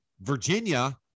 Virginia